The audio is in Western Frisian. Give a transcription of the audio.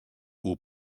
oer